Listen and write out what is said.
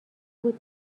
بود